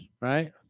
right